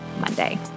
Monday